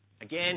Again